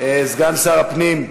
סגן שר הפנים,